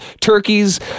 Turkeys